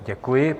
Děkuji.